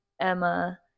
Emma